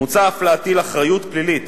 מוצע אף להטיל אחריות פלילית